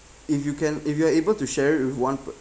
if you can if you are able to share it with one per~